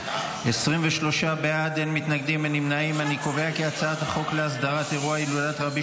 את הצעת חוק להסדרת אירוע הילולת רבי